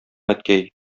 әткәй